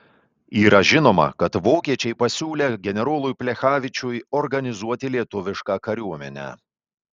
yra žinoma kad vokiečiai pasiūlę generolui plechavičiui organizuoti lietuvišką kariuomenę